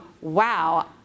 wow